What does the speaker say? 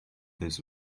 this